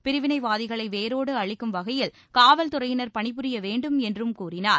பிரிவினைவாதிகளை வேரோடு அழிக்கும் வகையில் காவல்துறையினர் பணிபுரிய வேண்டும் என்று கூறினார்